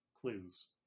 clues